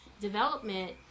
development